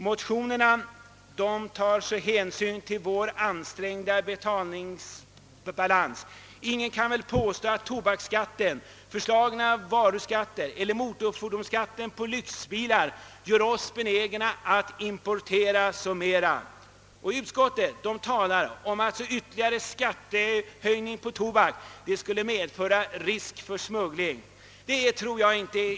Motionerna tar också hänsyn till vår ansträngda betalningsbalans. Och ingen kan väl påstå att tobaksskatten, föreslagna varuskatter eller motorfordonsskatten på lyxbilar gör oss benägna att importera mera. Vad utskottet skriver om att en ytterligare skattehöjning på tobak kan medföra risk för smuggling tror jag inte på.